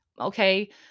okay